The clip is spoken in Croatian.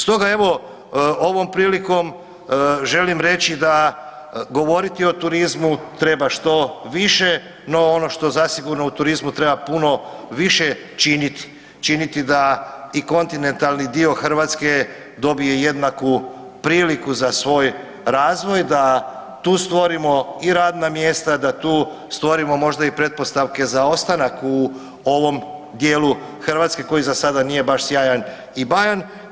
Stoga evo ovom prilikom želim reći da govoriti o turizmu treba što više, no ono što zasigurno u turizmu treba puno više činiti, činiti da i kontinentalni dio Hrvatske dobije jednaku priliku za svoj razvoj, da tu stvorimo i radna mjesta, da tu stvorimo možda i pretpostavke za ostanak u ovom dijelu Hrvatske koji za sada nije baš sjajan i bajan.